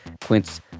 Quince